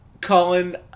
Colin